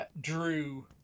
drew